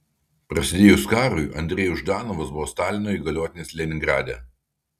prasidėjus karui andrejus ždanovas buvo stalino įgaliotinis leningrade